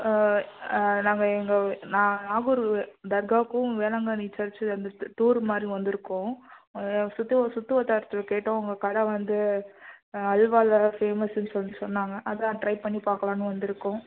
நாங்கள் எங்கள் நான் நாகூர் தர்காவுக்கும் வேளாங்கண்ணி சர்ச்சு வந்துருக்கு டூரு மாதிரி வந்திருக்கோம் சுற்று சுற்று வட்டாரத்தில் கேட்டோம் உங்கள் கடை வந்து அல்வாவெலலாம் ஃபேமஸுன்னு சொல்லிட்டு சொன்னாங்க அதுதான் ட்ரை பண்ணி பார்க்கலான்னு வந்திருக்கோம்